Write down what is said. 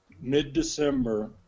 Mid-December